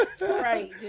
Right